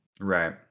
Right